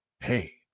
hey